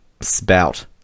spout